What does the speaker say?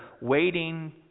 waiting